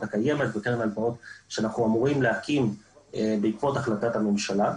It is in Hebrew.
הקיימת וקרן ההלוואות שאנחנו אמורים להקים בעקבות החלטת הממשלה.